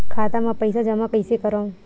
खाता म पईसा जमा कइसे करव?